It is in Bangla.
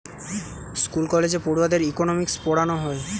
স্কুল কলেজে পড়ুয়াদের ইকোনোমিক্স পোড়ানা হয়